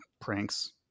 pranks